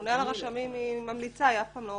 הממונה על הרשמים היא ממליצה, היא אף פעם לא